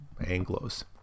Anglos